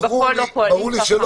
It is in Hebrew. הם בפועל לא פועלים כך,